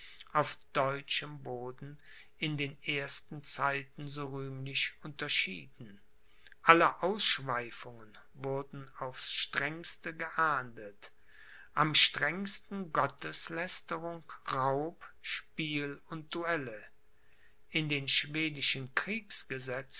auf deutschem boden in den ersten zeiten so rühmlich unterschieden alle ausschweifungen wurden aufs strengste geahndet am strengsten gotteslästerung raub spiel und duelle in den schwedischen